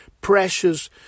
precious